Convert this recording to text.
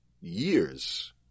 years